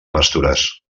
pastures